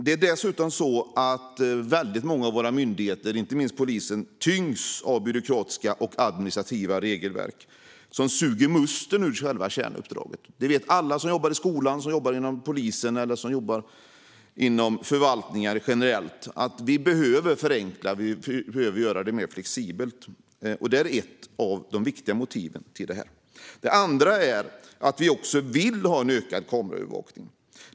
Det är dessutom så att väldigt många av våra myndigheter, inte minst polisen, tyngs av byråkratiska och administrativa regelverk som suger musten ur själva kärnuppdraget. Alla som jobbar inom skolan, inom polisen eller inom förvaltningar generellt vet att vi behöver förenkla och göra det mer flexibelt. Det är ett av de viktiga motiven till detta. Det andra motivet är att vi också vill ha ökad kameraövervakning.